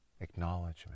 acknowledgement